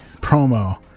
promo